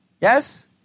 Yes